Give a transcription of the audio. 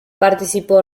participó